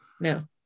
No